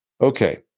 Okay